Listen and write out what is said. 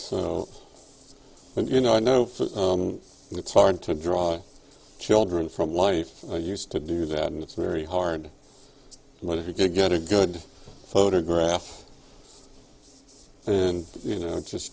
so you know i know it's hard to draw children from life i used to do that and it's very hard when to get a good photograph and you know just